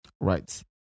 Right